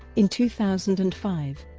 in two thousand and five,